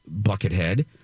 Buckethead